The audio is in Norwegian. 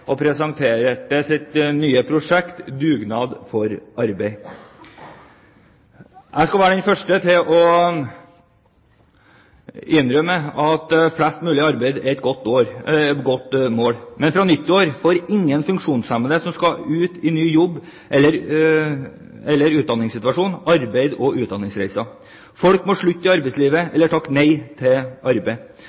og presenterte sitt nye prosjekt: Dugnad for arbeid. Jeg skal være den første til å innrømme at flest mulig i arbeid er et godt mål. Men fra nyttår av får ingen funksjonshemmede som skal ut i ny jobb, eller som er i en utdanningssituasjon, arbeids- og utdanningsreiser. Folk må slutte i arbeidslivet eller takke nei til arbeid.